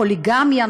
פוליגמיה,